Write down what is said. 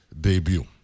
debut